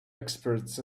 experts